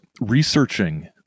researching